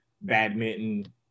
badminton